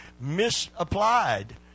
Misapplied